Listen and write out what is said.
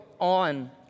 on